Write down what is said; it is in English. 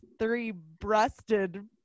three-breasted